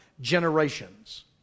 generations